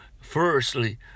firstly